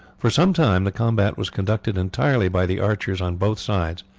for some time the combat was conducted entirely by the archers on both sides,